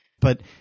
But-